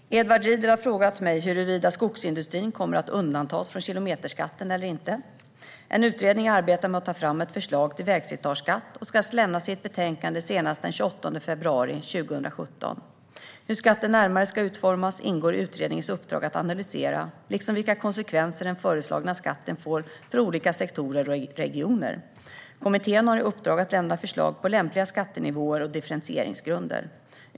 Fru talman! Edward Riedl har frågat mig huruvida skogsindustrin kommer att undantas från kilometerskatten eller inte. En utredning arbetar med att ta fram ett förslag till vägslitageskatt och ska lämna sitt betänkande senast den 28 februari 2017. Hur skatten närmare ska utformas ingår i utredningens uppdrag att analysera, liksom vilka konsekvenser den föreslagna skatten får för olika sektorer och regioner. Kommittén har i uppdrag att lämna förslag på lämpliga skattenivåer och differentieringsgrunder.